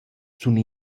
suna